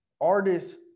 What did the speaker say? artists